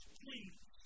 please